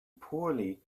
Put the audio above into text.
poorly